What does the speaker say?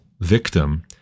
victim